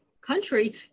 country